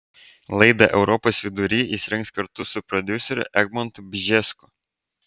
laidą europos vidury jis rengs kartu su prodiuseriu egmontu bžesku